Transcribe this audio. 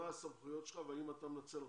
מה הסמכויות שלך והאם אתה מנצל אותן.